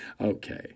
Okay